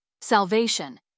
salvation